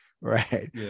Right